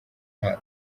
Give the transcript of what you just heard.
nka